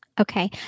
Okay